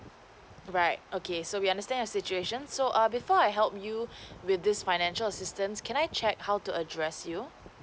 alright okay so we understand your situation so err before I help you with this financial assistance can I check how to address you